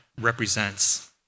represents